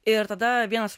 ir tada vienas